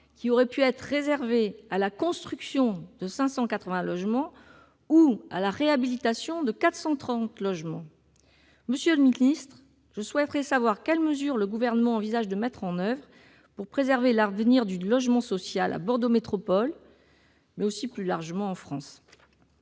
qui aurait pu être réservée à la construction de 580 logements ou à la réhabilitation de 430 logements. Monsieur le ministre, je souhaiterais savoir quelles mesures le Gouvernement envisage de mettre en oeuvre pour préserver l'avenir du logement social à Bordeaux Métropole, mais aussi, plus largement, en France.